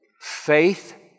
Faith